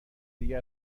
دیگه